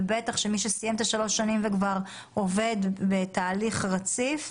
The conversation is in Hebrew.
בטח מי שסיים את שלוש השנים וכבר עובד בתהליך רציף,